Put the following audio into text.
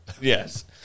Yes